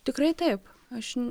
tikrai taip aš